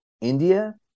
India